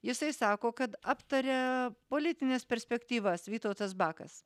jisai sako kad aptaria politines perspektyvas vytautas bakas